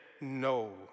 No